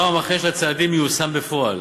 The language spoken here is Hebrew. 1 2. רובם המכריע של הצעדים מיושם בפועל.